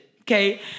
Okay